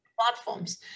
platforms